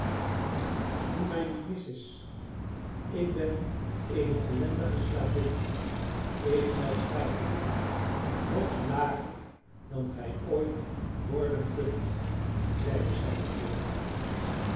noem mij niet missis ik ben eene ellendige slavin evenals gij nog lager dan gij ooit worden kunt zeide zij met bitterheid